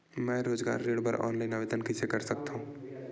मैं रोजगार ऋण बर ऑनलाइन आवेदन कइसे कर सकथव?